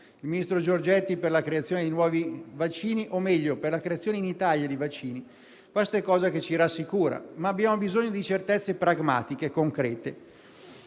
Il ministro Giorgetti ha parlato della creazione di nuovi vaccini o, meglio, della creazione in Italia di vaccini: ciò ci rassicura, ma abbiamo bisogno di certezze pragmatiche e concrete.